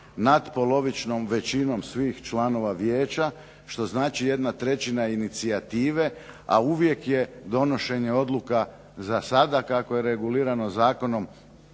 natpolovičnom većinom svih članova Vijeća što znači 1/3 inicijative, a uvijek je donošenje odluka za sada kako je regulirano zakonom